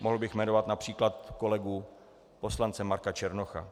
Mohl bych jmenovat např. kolegu poslance Marka Černocha.